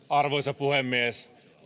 arvoisa puhemies